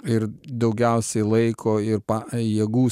ir daugiausiai laiko ir pa jėgų